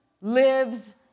lives